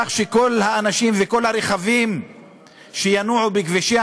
כך שכל האנשים וכל כלי הרכב שינועו בכבישי